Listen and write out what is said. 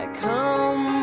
come